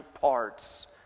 parts